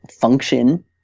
function